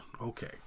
okay